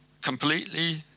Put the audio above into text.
completely